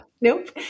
Nope